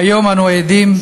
וכיום אנו עדים,